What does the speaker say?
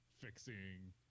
fixing